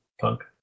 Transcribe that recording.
Punk